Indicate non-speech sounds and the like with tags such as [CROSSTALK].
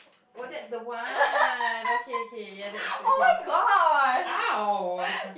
oh that's the one okay okay ya that's it's okay oh-my-god [NOISE]